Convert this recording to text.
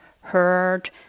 heard